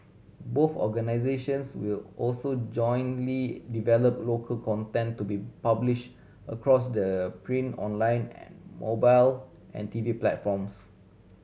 both organisations will also jointly develop local content to be publish across the print online mobile and T V platforms